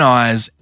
eyes